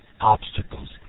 obstacles